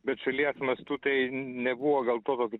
bet šalies mastu tai nebuvo gal to tokio